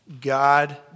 God